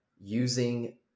using